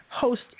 host